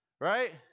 right